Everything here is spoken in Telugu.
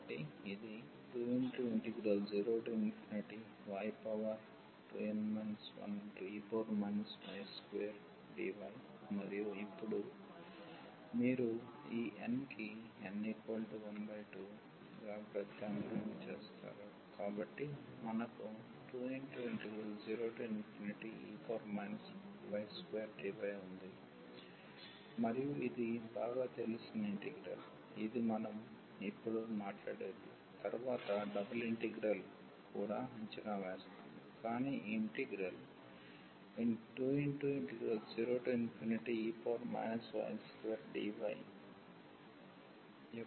కాబట్టి ఇది 20y2n 1e y2dyమరియు ఇప్పుడు మీరు ఈ n కి n12గా ప్రత్యామ్నాయం చేస్తారు కాబట్టి మనకు 20e y2dy ఉంది మరియు ఇది బాగా తెలిసిన ఇంటిగ్రల్ ఇది మనం ఇప్పుడు మాట్లాడేది తరువాత డబుల్ ఇంటిగ్రల్ కూడా అంచనా వేస్తాము కానీ ఈ ఇంటిగ్రల్ 20e y2dy యొక్క విలువ ఇది